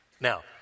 Now